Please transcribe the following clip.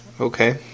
Okay